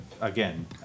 again